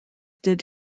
did